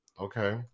Okay